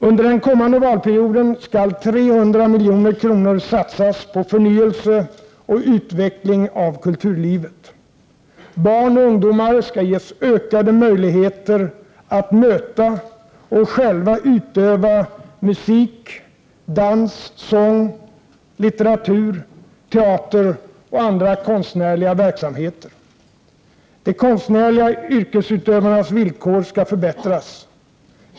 Under den kommande valperioden skall 300 milj.kr. satsas på förnyelse och utveckling av kulturlivet. Barn och ungdomar skall ges ökade möjligheter att möta och själva utöva musik, dans, sång, litteratur, teater och andra konstnärliga verksamheter. De konstnärliga yrkesutövarnas villkor skall förbättras.